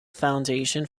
foundation